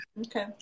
Okay